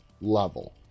level